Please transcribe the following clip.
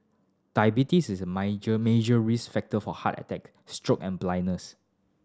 diabetes is a major risk factor for heart attacks stroke and blindness